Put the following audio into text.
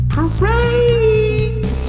Parade